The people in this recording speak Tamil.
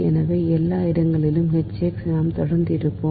எனவே எல்லா இடங்களிலும் H x நாம் தொடர்ந்து இருப்போம்